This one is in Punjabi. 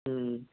ਹਮ